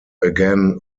again